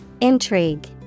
Intrigue